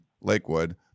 Lakewood